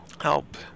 help